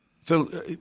Phil